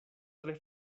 tre